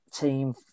team